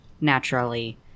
naturally